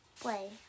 Play